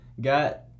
got